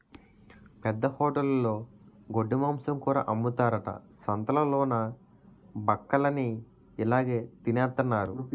పెద్ద హోటలులో గొడ్డుమాంసం కూర అమ్ముతారట సంతాలలోన బక్కలన్ని ఇలాగె తినెత్తన్నారు